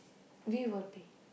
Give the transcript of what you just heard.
we will pay